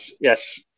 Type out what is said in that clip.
Yes